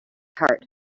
heart